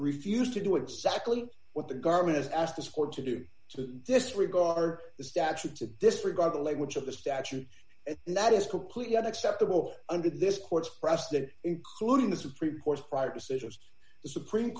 refused to do exactly what the government has asked us for to do to disregard the statute to disregard the language of the statute and that is completely unacceptable under this court's press that including the supreme court's prior decisions the supreme